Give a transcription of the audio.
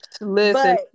Listen